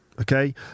Okay